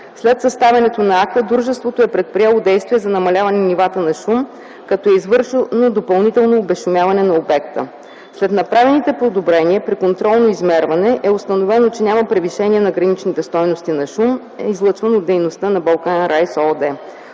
След съставянето на акта дружеството е предприело действия за намаляване нивата на шум, като е извършено допълнително обезшумяване на обекта. След направените подобрения при контролно измерване е установено, че няма превишения на граничните стойности на шум, излъчван от дейността на „Балкан Райс” ООД.